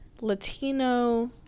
Latino